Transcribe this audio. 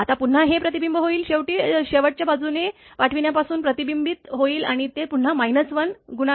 आता पुन्हा हे प्रतिबिंबित होईल शेवटच्या बाजूने पाठविण्यापासून प्रतिबिंबित होईल आणि ते पुन्हा 1 गुणांक आहे